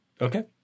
Okay